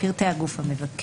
יש פה את פרטי הגוף המבקש,